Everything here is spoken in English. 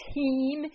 team